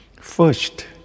First